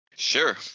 Sure